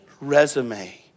resume